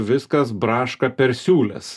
viskas braška per siūles